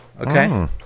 Okay